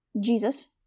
Jesus